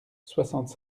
soixante